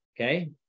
Okay